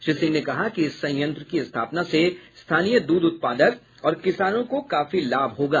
श्री सिंह ने कहा कि इस संयंत्र की स्थापना से स्थानीय दूध उत्पादक और किसानों को काफी लाभ होगा